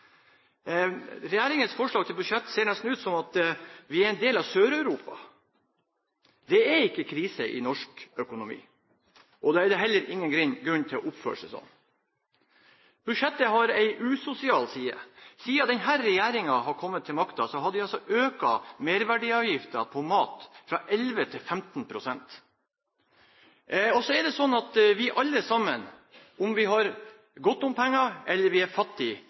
Regjeringens forslag til budsjett ser nesten ut som om vi er en del av Sør-Europa. Det er ikke krise i norsk økonomi, og da er det heller ingen grunn til å oppføre seg sånn. Budsjettet har en usosial side. Siden denne regjeringen kom til makten, har de altså økt merverdiavgiften på mat fra 11 til 15 pst. Så er det sånn at vi alle sammen må spise, uansett om vi har mye penger eller er fattige. Det betyr at dette er